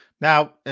Now